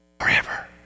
forever